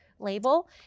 label